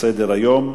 בסדר-היום: